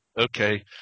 okay